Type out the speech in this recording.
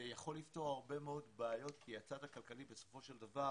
יכול לפתור הרבה מאוד בעיות כי הצד הכלכלי בסופו של דבר